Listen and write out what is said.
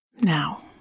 Now